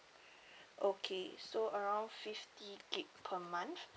okay so around fifty gig per month